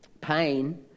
pain